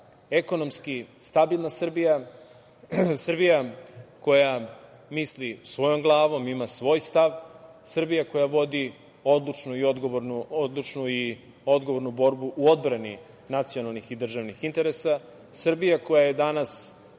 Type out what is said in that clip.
ekonomski stabilna Srbija koja misli svojom glavom, ima svoj stav, Srbija koja vodi odlučnu i odgovornu borbu u odbrani nacionalnih i državnih interesa, Srbija koja je danas